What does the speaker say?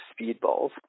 speedballs